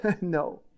No